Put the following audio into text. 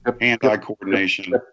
anti-coordination